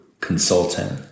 consultant